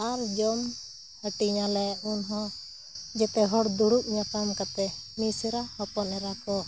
ᱟᱨ ᱡᱚᱢ ᱦᱟᱹᱴᱤᱧᱟᱞᱮ ᱩᱱᱦᱚᱸ ᱡᱮᱛᱮ ᱦᱚᱲ ᱫᱩᱲᱩᱵ ᱧᱟᱯᱟᱢ ᱠᱟᱛᱮᱫ ᱢᱤᱥᱨᱟ ᱦᱚᱯᱚᱱ ᱮᱨᱟ ᱠᱚ